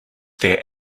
their